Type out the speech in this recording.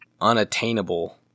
unattainable